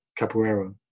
capoeira